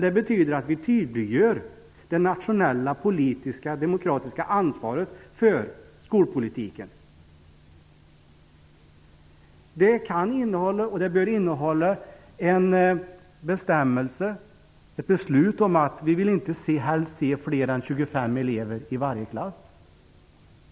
Det betyder att vi tydliggör det nationella, politiska och demokratiska ansvaret för skolpolitiken. Programmet bör innehålla en bestämmelse om att vi helst inte vill se fler än 25 elever i varje klass.